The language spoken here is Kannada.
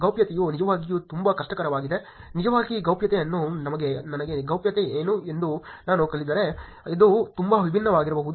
ಗೌಪ್ಯತೆಯು ನಿಜವಾಗಿ ತುಂಬಾ ಕಷ್ಟಕರವಾಗಿದೆ ನಿಮಗಾಗಿ ಗೌಪ್ಯತೆ ಏನು ಮತ್ತು ನನಗೆ ಗೌಪ್ಯತೆ ಏನು ಎಂದು ನಾನು ಕೇಳಿದರೆ ಅದು ತುಂಬಾ ವಿಭಿನ್ನವಾಗಿರಬಹುದು